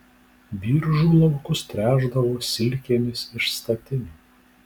biržų laukus tręšdavo silkėmis iš statinių